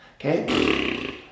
Okay